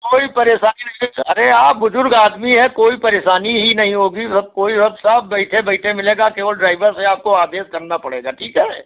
कोई परेशानी नहीं अरे आप बुज़ुर्ग आदमी हैं कोई परेशानी ही नहीं होगी सब कोई अब सब बैठे बैठे मिलेगा केवल ड्राइवर से आपको आदेश करना पड़ेगा ठीक है